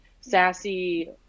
sassy